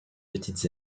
petites